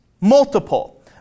multiple